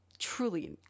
truly